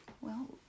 Well